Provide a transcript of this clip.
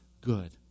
good